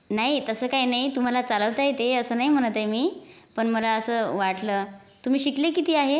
नाही तसं काही नाही तुम्हाला चालवता येते असं नाही म्हणत आहे मी पण मला असं वाटलं तुम्ही शिकले किती आहे